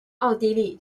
奥地利